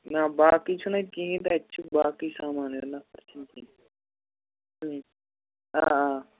نہَ باقٕے چھُنہٕ اَتہِ کِہیٖنٛۍ اَتہِ چھُ باقٕے سامان یَتھ نَفر چھِنہٕ کٕہیٖنٛۍ آ آ